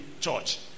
church